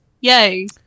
Yay